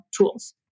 tools